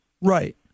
Right